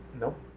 Nope